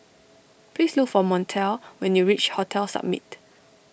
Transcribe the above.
please look for Montel when you reach Hotel Summit